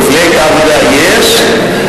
מפלגת העבודה יש,